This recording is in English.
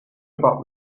about